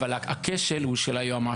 אבל הכשל הוא של היועמ"שית,